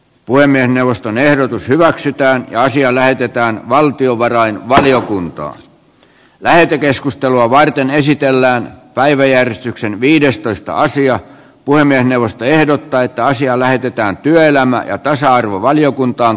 puhemiesneuvoston ehdotus hyväksytään asia lähetetään valtiovarainvaliokuntaan lähetekeskustelua varten esitellään päiväjärjestyksen viidestoista asian puhemiesneuvosto ehdottaa että asia lähetetään työelämä ja tasa arvovaliokuntaan